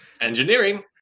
Engineering